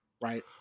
right